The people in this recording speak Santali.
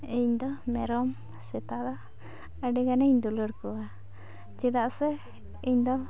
ᱤᱧᱫᱚ ᱢᱮᱨᱚᱢ ᱥᱮᱛᱟᱫᱚᱰᱤᱜᱟᱱᱤᱧ ᱫᱩᱞᱟᱹᱲ ᱠᱚᱣᱟ ᱪᱮᱫᱟᱜ ᱥᱮ ᱤᱧᱫᱚ